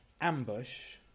ambush